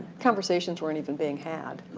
conversations weren't even being had.